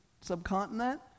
subcontinent